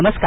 नमस्कार